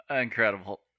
Incredible